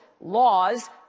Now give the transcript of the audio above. laws